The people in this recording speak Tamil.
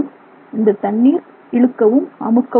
இந்த தண்ணீர் இழுக்கவும் அமுக்கவும் படுகிறது